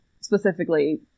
specifically